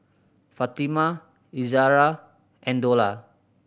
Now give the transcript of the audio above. Fatimah Izara and Dollah